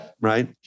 right